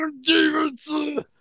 Davidson